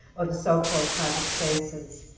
or the so-called private spaces.